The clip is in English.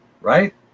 right